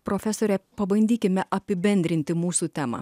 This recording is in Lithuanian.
profesorė pabandykime apibendrinti mūsų temą